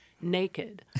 Naked